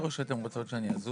מאחר ואתה חתכת לי את הזמן,